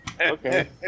Okay